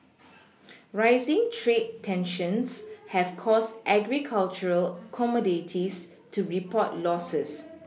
rising trade tensions have caused agricultural commodities to report Losses